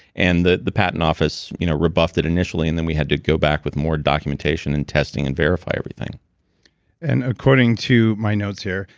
and the the patent office you know rebuffed it initially, and then we had to go back with more documentation and testing and verify everything and according to my notes here,